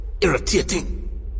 irritating